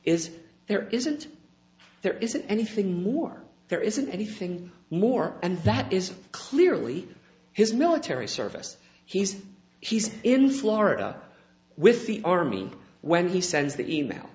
is there isn't there isn't anything more there isn't anything more and that is clearly his military service he's he's in florida with the army when he sends the e mail